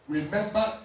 Remember